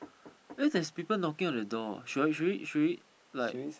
eh there's people knocking on the door should I should we should we like